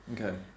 Okay